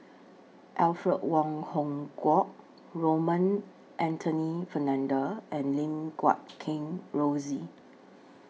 Alfred Wong Hong Kwok Raymond Anthony Fernando and Lim Guat Kheng Rosie